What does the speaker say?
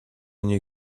new